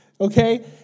okay